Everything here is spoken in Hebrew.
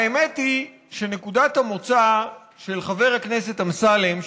האמת היא שנקודת המוצא של חבר הכנסת אמסלם,